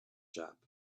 shop